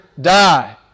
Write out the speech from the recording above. die